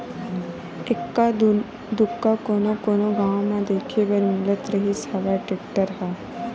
एक्का दूक्का कोनो कोनो गाँव म देखे बर मिलत रिहिस हवय टेक्टर ह